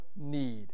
need